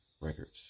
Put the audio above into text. records